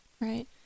Right